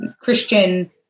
Christian